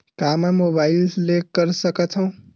का मै मोबाइल ले कर सकत हव?